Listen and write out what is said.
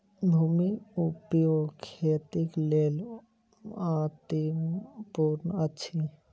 भूमि उपयोग खेतीक लेल अतिमहत्त्वपूर्ण अछि